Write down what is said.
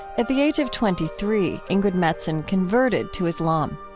at the age of twenty three, ingrid mattson converted to islam.